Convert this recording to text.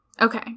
Okay